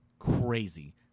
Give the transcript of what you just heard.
crazy